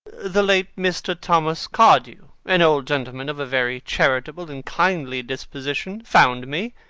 the late mr. thomas cardew, an old gentleman of a very charitable and kindly disposition, found me,